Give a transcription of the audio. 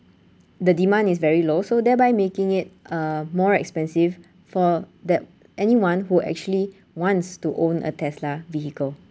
the demand is very low so thereby making it uh more expensive for that anyone who actually wants to own a tesla vehicle